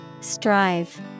Strive